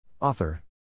Author